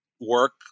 work